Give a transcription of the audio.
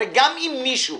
הרי גם אם מישהו